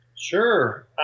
Sure